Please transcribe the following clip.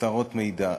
הסתרות מידע.